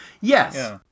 Yes